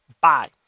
bye